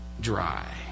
dry